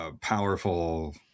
powerful